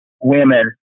women